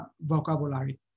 vocabulary